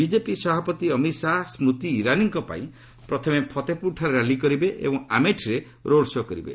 BJP ସଭାପତି ଅମିତ୍ ଶାହା ସ୍ବତି ଇରାନୀଙ୍କପାଇଁ ପ୍ରଥମେ ଫତେପୁରଠାରେ ର୍ୟାଲି କରିବେ ଏବଂ ଆମେଠିରେ ରୋଡ୍ ଶୋ' କରିବେ